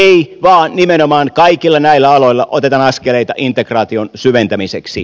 ei vaan nimenomaan kaikilla näillä aloilla otetaan askeleita integraation syventämiseksi